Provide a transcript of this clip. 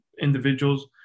individuals